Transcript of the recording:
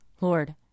Lord